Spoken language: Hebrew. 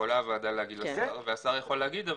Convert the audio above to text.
יכולה הוועדה להגיד לשר, אבל השר יכול להגיד,